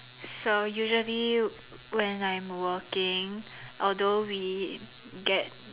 so usually when I'm working although we get